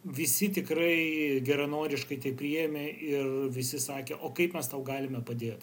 visi tikrai geranoriškai priėmė ir visi sakė o kaip mes tau galime padėt